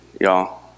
y'all